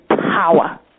power